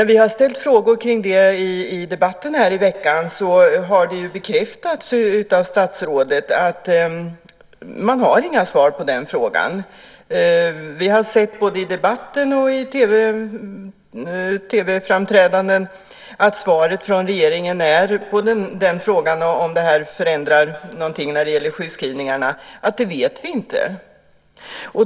När vi har ställt frågor om det i debatten här i veckan har det bekräftats av statsrådet att man inte har några svar på den frågan. Vi har sett både i debatten och i TV-framträdanden att svaret på frågan om det förändrar någonting när det gäller sjukskrivningarna är: Det vet vi inte.